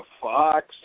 Fox